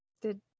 Did-